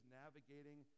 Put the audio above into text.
navigating